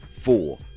four